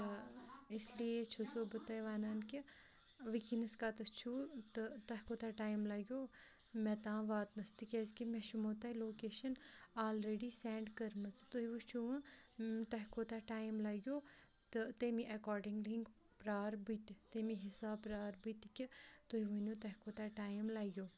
اِسلیے چھُ سو بہٕ تۄہہِ وَنان کہِ وٕنکیٚنَس کَتَتھ چھُ تہٕ تۄہہِ کوٗتاہ ٹایِم لَگوُ مےٚ تام واتنَس تِکیٛازِکہِ مےٚ چھُمو تۄہہِ لوکیشَن آلریڈی سیٚنٛڈ کٔرمٕژ تُہۍ وُچھو وۄنۍ تۄہہِ کوٗتاہ ٹایِم لَگیو تہٕ تٔمی ایٚکاڈِنٛگلی پرٛار بہٕ تہِ تمے حِساب پرٛار بہٕ تہِ کہِ تُہۍ ؤنِو تۄہہِ کوٗتاہ ٹایِم لگیو